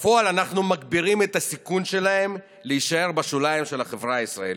בפועל אנחנו מגבירים את הסיכון שלהם להישאר בשוליים של החברה הישראלית.